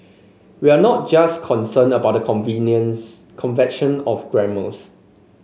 we're not just concerned about the convenience convention of grammars